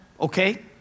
Okay